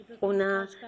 una